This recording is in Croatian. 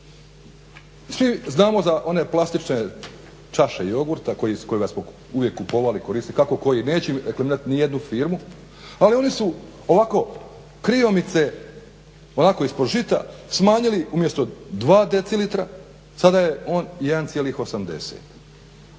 Svi znamo za one plastične čaše jogurta koje smo uvijek kupovali, koristili, kako koji, neću reklamirat nijednu firmu ali oni su ovako kriomice, onako ispod žita smanjili umjesto 2 dcl sada je on 1,80.